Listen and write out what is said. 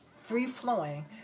free-flowing